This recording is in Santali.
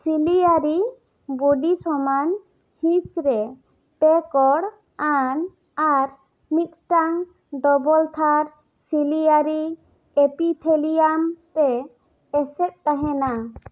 ᱥᱤᱞᱤᱭᱟᱨᱤ ᱵᱚᱰᱤ ᱥᱚᱢᱟᱱ ᱦᱤᱸᱥ ᱨᱮ ᱯᱮ ᱠᱚᱬ ᱟᱱ ᱟᱨ ᱢᱤᱫᱴᱟᱝ ᱰᱚᱵᱚᱞ ᱛᱷᱟᱨ ᱥᱤᱞᱤᱭᱟᱨᱤ ᱮᱯᱤᱛᱷᱮᱞᱤᱭᱟᱱ ᱛᱮ ᱮᱥᱮᱫ ᱛᱟᱦᱮᱱᱟ